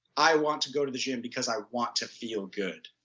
i want to go to the gym because i want to feel good.